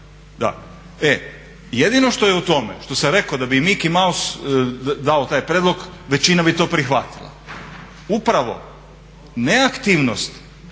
… Jedino što je u tome, što sam rekao da bi i Miki Maus dao taj prijedlog većina bi to prihvatila. Upravo neaktivnost